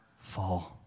fall